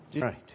Right